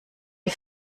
die